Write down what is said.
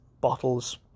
bottles